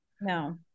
No